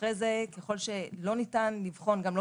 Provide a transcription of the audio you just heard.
ואחרי זה ככל שלא ניתן לבחון גם לא